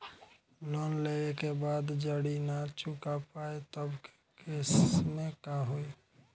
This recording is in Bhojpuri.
लोन लेवे के बाद जड़ी ना चुका पाएं तब के केसमे का होई?